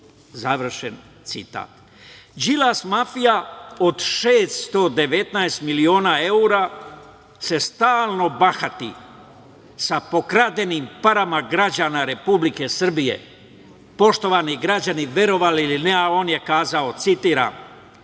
završen citat. Đilas mafija, od 619 miliona evra, se stalno bahati sa pokradenim parama građana Republike Srbije, poštovani građani, verovali ili ne, ali on je kazao, citiram: